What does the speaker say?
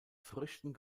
früchten